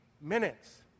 minutes